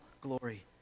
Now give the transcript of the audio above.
glory